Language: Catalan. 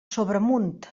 sobremunt